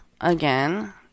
again